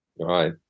Right